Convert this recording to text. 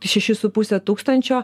šeši su puse tūkstančio